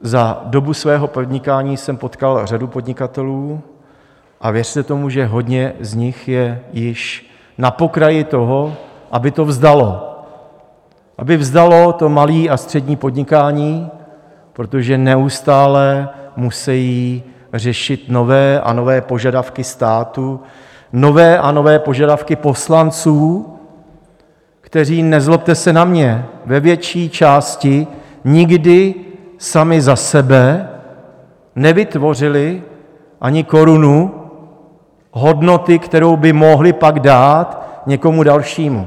Za dobu svého podnikání jsem potkal řadu podnikatelů a věřte tomu, že hodně z nich je již na pokraji toho, aby to vzdalo, aby vzdalo to malé a střední podnikání, protože neustále musejí řešit nové a nové požadavky státu, nové a nové požadavky poslanců, kteří, nezlobte se na mě, ve větší části nikdy sami za sebe nevytvořili ani korunu hodnoty, kterou by mohli pak dát někomu dalšímu.